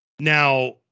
Now